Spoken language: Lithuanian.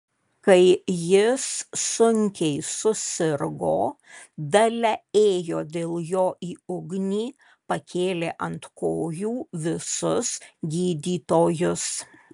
kai jis sunkiai susirgo dalia ėjo dėl jo į ugnį pakėlė ant kojų visus gydytojus